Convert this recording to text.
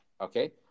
Okay